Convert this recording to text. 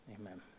amen